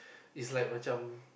it's like macam